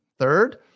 Third